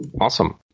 Awesome